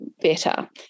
better